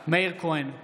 מאיר כהן,